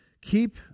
Keep